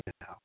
now